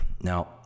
Now